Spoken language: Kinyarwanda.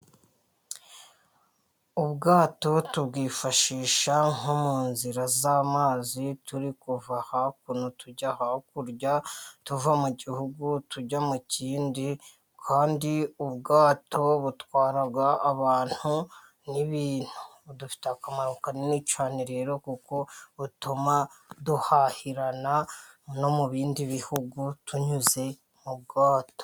Ubwato tubwifashisha nko mu nzira z' amazi turi kuva hakuno tujya hakurya, tuva mu gihugu tujya mu kindi, kandi ubwato butwara abantu n' ibintu, budufitiye akamaro kanini cyane, rero kuko butuma duhahirana no mu bindi bihugu tunyuze mu bwato.